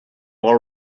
all